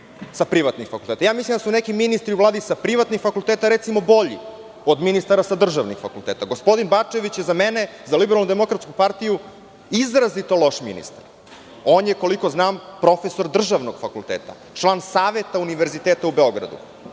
sa privatnih fakulteta. Mislim da su neki ministri u Vladi sa privatnih fakulteta, recimo, bolji od ministara sa državnih fakulteta. Gospodin Bačević, je za mene, za LDP izrazito loš ministar. On je koliko znam profesor državnog fakulteta, član Saveta univerziteta u Beogradu,